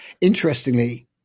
Interestingly